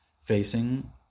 facing